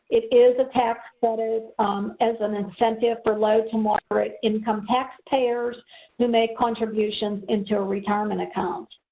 it is a tax credit as an incentive for low to moderate income taxpayers who make contributions into a retirement account.